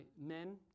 men